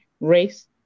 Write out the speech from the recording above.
race